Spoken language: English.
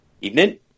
Evening